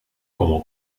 como